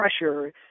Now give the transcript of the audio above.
pressure